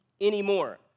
anymore